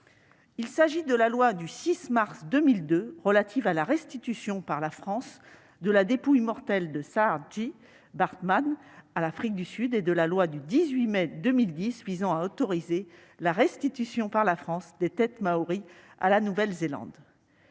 Il s'agit de la loi du 6 mars 2002 relative à la restitution par la France de la dépouille mortelle de Saartjie Baartman à l'Afrique du Sud et de la loi du 18 mai 2010 visant à autoriser la restitution par la France des têtes maories à la Nouvelle-Zélande